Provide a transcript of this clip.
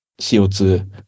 CO2